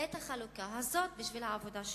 את החלוקה הזאת בשביל העבודה שלי.